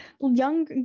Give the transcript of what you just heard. young